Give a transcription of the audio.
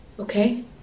Okay